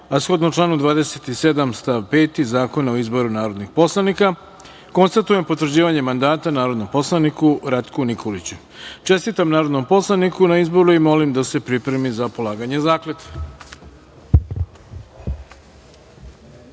shodno članu 27. stav 5. Zakona o izboru narodnih poslanika, konstatujem potvrđivanje mandata narodnom poslaniku Ratku Nikoliću. Čestitam narodnom poslaniku na izboru i molim da se pripremi za polaganje